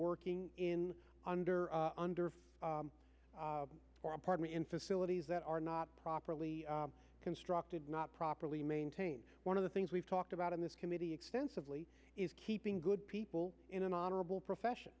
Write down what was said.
working in under under or apartment in facilities that are not properly constructed not properly maintained one of the things we've talked about in this committee extensively is keeping good people in an honorable profession